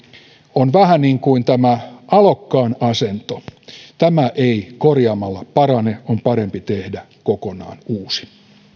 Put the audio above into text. on vähän niin kuin tämä alokkaan asento tämä ei korjaamalla parane on parempi tehdä kokonaan uusi